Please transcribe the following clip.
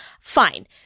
Fine